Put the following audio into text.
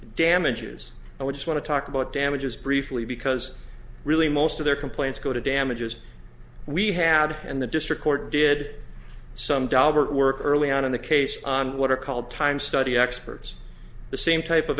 damages and we just want to talk about damages briefly because really most of their complaints go to damages we had and the district court did some dahlberg work early on in the case on what are called time study experts the same type of